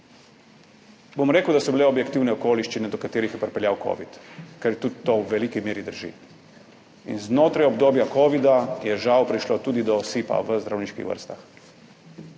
Bom rekel, da so bile objektivne okoliščine, do katerih je pripeljal covid, ker tudi to v veliki meri drži. In znotraj obdobja covida je žal prišlo tudi do osipa v zdravniških vrstah.